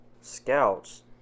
scouts